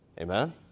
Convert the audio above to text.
Amen